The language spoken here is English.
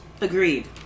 Agreed